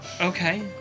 Okay